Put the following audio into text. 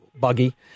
buggy